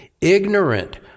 ignorant